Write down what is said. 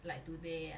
like today ah